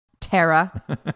Tara